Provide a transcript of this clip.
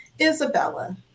Isabella